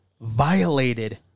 violated